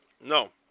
No